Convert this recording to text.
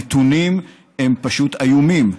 הנתונים הם פשוט איומים: